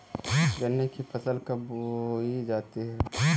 गन्ने की फसल कब बोई जाती है?